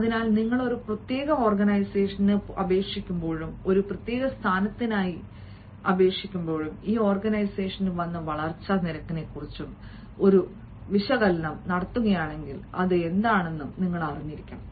അതിനാൽ നിങ്ങൾ ഒരു പ്രത്യേക ഓർഗനൈസേഷന് അപേക്ഷിക്കുമ്പോഴും ഒരു പ്രത്യേക സ്ഥാനത്തിനായി ഈ ഓർഗനൈസേഷൻ വന്ന വളർച്ചാ നിരക്കിനെക്കുറിച്ചും നിങ്ങൾ ഒരു ചരിത്ര വിശകലനം നടത്തുകയാണെങ്കിൽ അത് എന്താണെന്നും നിങ്ങൾ അറിഞ്ഞിരിക്കണം